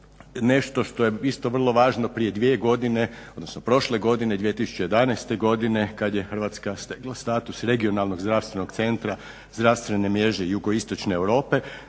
nešto što je isto vrlo važno prije dvije godine odnosno prošle godine 2011. godine kad je Hrvatska stekla status regionalnog zdravstvenog centra zdravstvene mreže Jugositočne Europe